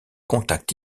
contact